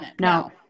no